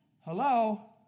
Hello